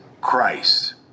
Christ